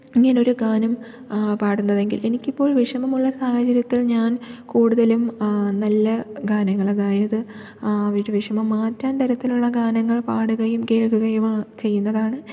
ഇങ്ങനെയൊരു ഗാനം പാടുന്നതെങ്കിൽ എനിക്കിപ്പോൾ വിഷമമുള്ള സാഹചര്യത്തിൽ ഞാൻ കൂടുതലും നല്ല ഗാനങ്ങൾ അതായത് ആ ഒരു വിഷമം മാറ്റാൻ തരത്തിലുള്ള ഗാനങ്ങൾ പാടുകയും കേൾക്കുകയും ചെയ്യുന്നതാണ്